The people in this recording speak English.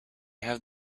have